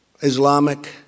Islamic